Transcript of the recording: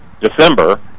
December